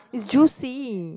is juicy